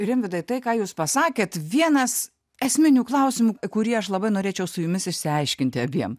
rimvydai tai ką jūs pasakėt vienas esminių klausimų kurį aš labai norėčiau su jumis išsiaiškinti abiem